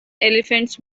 elephants